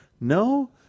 No